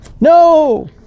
No